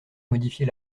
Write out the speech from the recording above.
modifier